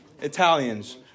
Italians